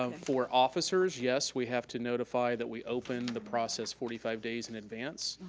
um for officers, yes, we have to notify that we open the process forty five days in advance.